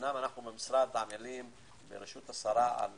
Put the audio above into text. אמנם אנחנו במשרד עמלים בראשות השרה על